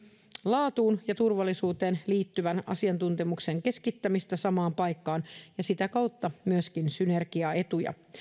laatuun ja turvallisuuteen liittyvän asiantuntemuksen keskittämistä samaan paikkaan ja sitä kautta myöskin synergiaetuja